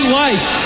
life